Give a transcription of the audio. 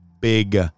big